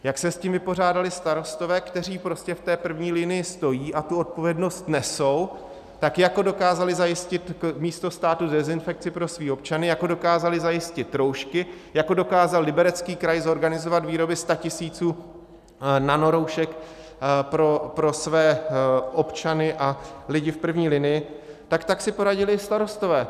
Jak se s tím vypořádali starostové, kteří prostě v první linii stojí a tu odpovědnost nesou, tak jako dokázali zajistit místo státu dezinfekci pro své občany, tak jako dokázali zajistit roušky, jako dokázal Liberecký kraj zorganizovat výroby statisíců nanoroušek pro své občany a lidi v první linii, tak tak si poradili i starostové.